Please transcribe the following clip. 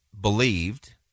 believed